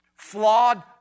Flawed